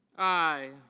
i.